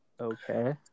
Okay